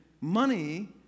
money